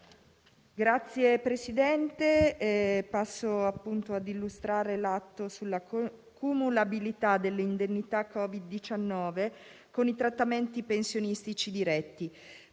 Signor Presidente, passo a illustrare l'atto sulla cumulabilità delle indennità Covid-19 con i trattamenti pensionistici diretti.